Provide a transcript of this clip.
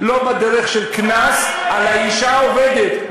לא בדרך של קנס על האישה העובדת.